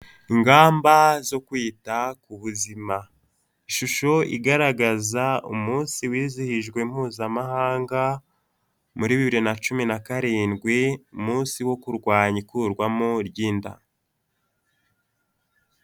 Ingamba zo kwita ku buzima. Ishusho igaragaza umunsi wizihijwe mpuzamahanga, muri bibiri na cumi na karindwi, umunsi wo kurwanya ikurwamo ry'inda.